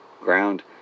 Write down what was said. Ground